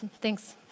Thanks